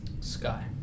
Sky